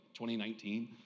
2019